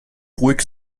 ruhig